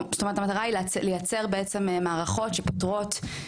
המטרה היא לייצר בעצם מערכות שפותרות,